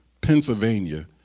Pennsylvania